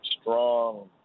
strong